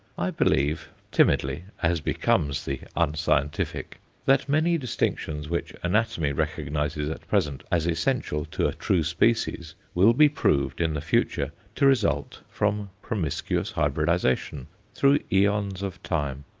i believe timidly, as becomes the unscientific that many distinctions which anatomy recognizes at present as essential to a true species will be proved, in the future, to result from promiscuous hybridization through aeons of time.